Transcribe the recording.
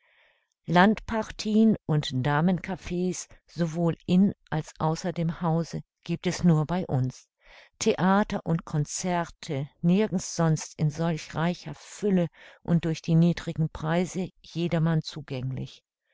landparthien und damenkaffee's sowohl in als außer dem hause gibt es nur bei uns theater und concerte nirgends sonst in solch reicher fülle und durch die niedren preise jedermann zugänglich